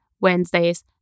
Wednesdays